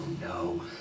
no